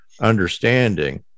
understanding